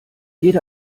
jede